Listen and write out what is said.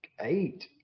eight